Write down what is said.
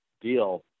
deal